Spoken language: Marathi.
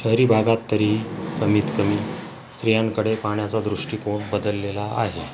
शहरी भागात तरी कमीत कमी स्त्रियांकडे पाहण्याचा दृष्टीकोण बदललेला आहे